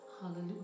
hallelujah